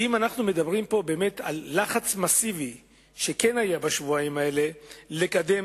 ואם אנו מדברים פה על לחץ מסיבי שכן היה בשבועיים האלה לקדם